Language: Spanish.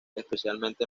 especialmente